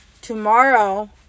tomorrow